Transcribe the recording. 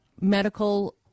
medical